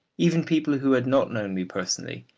even people who had not known me personally,